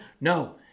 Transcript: No